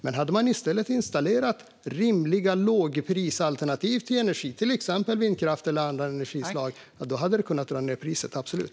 Men om man i stället hade installerat rimliga lågprisalternativ till energi, till exempel vindkraft eller andra energislag, hade det absolut kunnat dra ned priset.